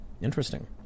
interesting